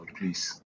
Please